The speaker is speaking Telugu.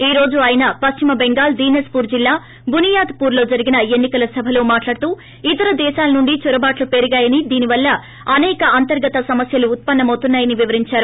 ఈ రోజు ఆయన పశ్చిమ బెంగాల్ దీనజ్పూర్ జిల్లా బునియాద్పూర్లో జరిగిన ఎన్నికల సభలో మాట్లాడుతూ ఇతర దేశాలను నుండి చొరబాట్లు పెరిగాయని దీనివల్ల అనేక అంతర్గత సమస్యలు ఉత్సన్న మవుతున్నా యని వివరించారు